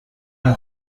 این